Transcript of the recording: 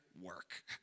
work